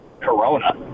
Corona